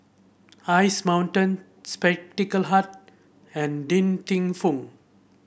Ice Mountain Spectacle Hut and Din Fung